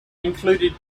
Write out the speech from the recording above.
included